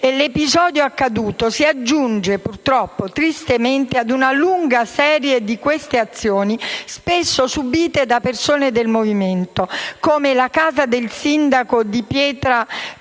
L'episodio accaduto si aggiunge tristemente ad una lunga serie di queste azioni spesso subite da persone del Movimento, come la casa del sindaco di Pietraperzia